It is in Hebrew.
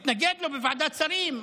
מתנגד לו בוועדת שרים,